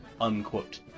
Unquote